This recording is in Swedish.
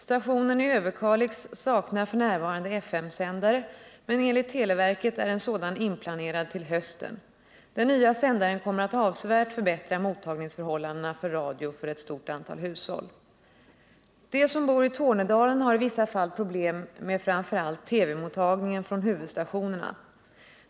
Stationen i Överkalix saknar f. n. FM-sändare, men enligt televerket är en sådan inplanerad till hösten. Den nya sändaren kommer att avsevärt förbättra mottagningsförhållandena för radio för ett stort antal hushåll. De som bor i Tornedalen har i vissa fall problem med framför allt TV-mottagningen från huvudstationerna.